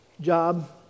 job